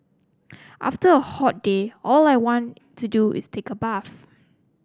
after a hot day all I want to do is take a bath